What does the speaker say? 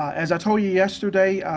as i told you yesterday,